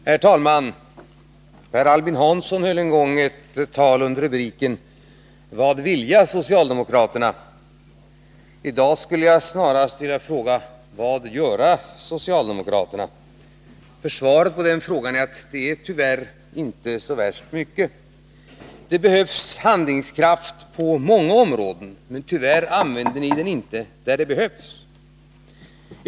Herr talman! Per Albin Hansson höll en gång ett tal med rubriken Vad vilja socialdemokraterna? I dag skulle jag snarare vilja fråga: Vad göra socialdemokraterna? Svaret på den frågan är att det tyvärr inte är så värst mycket. Det behövs handlingskraft på många områden, men tyvärr använder ni den inte där den behövs.